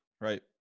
Right